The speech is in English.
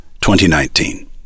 2019